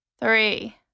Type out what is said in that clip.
three